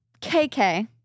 KK